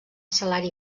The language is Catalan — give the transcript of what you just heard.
salari